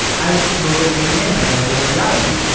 i was totally taken in by the idea of the automat.